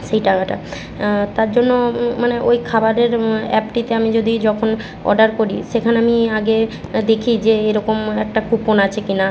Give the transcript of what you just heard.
সেই টাকাটা তার জন্য মানে ওই খাবারের অ্যাপটিতে আমি যদি যখন অর্ডার করি সেখানে আমি আগে দেখি যে এরকম একটা কুপন আছে কি না